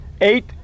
eight